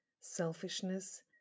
selfishness